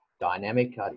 Dynamic